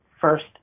first